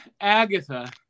Agatha